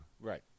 Right